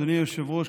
אדוני היושב-ראש,